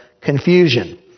confusion